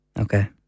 Okay